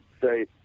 say